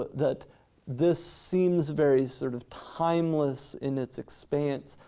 that this seems very sort of timeless in its expanse,